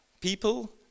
people